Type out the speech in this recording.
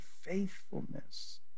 faithfulness